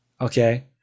Okay